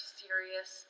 serious